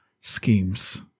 schemes